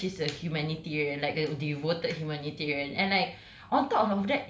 and then on top of that she's a humanitarian like the devoted humanitarian and like